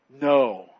No